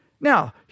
Now